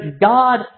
God